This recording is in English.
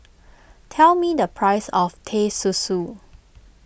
tell me the price of Teh Susu